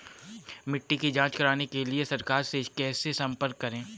मिट्टी की जांच कराने के लिए सरकार से कैसे संपर्क करें?